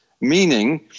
Meaning